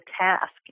task